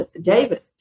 David